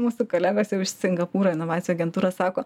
mūsų kolegos jau iš singapūro inovacijų agentūros sako